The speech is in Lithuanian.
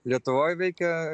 lietuvoj veikia